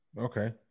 Okay